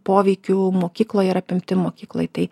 poveikiu mokykloje ir apimtim mokykloj tai